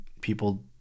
people